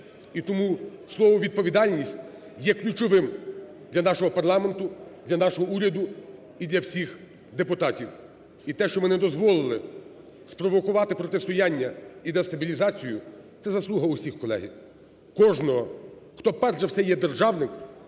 І тому слово відповідальність є ключовим для нашого парламенту, для нашого уряду і для всіх депутатів. І те, що ми не дозволили спровокувати протистояння і дестабілізацію, це заслуга всіх, колеги. Кожного, хто перш за все є державним,